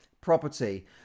property